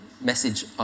message